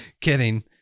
kidding